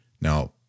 Now